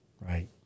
Right